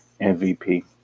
MVP